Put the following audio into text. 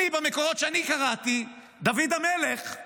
במקורות שאני קראתי, דוד המלך,